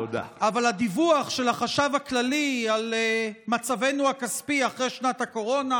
אבל הדיווח של החשב הכללי על מצבנו הכספי אחרי שנת הקורונה,